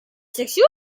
sexual